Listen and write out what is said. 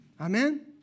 Amen